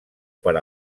per